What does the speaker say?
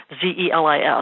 Z-E-L-I-S